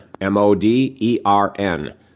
m-o-d-e-r-n